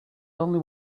only